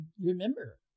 remember